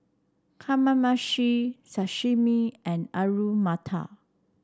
Kamameshi Sashimi and Alu Matar